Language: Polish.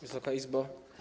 Wysoka Izbo!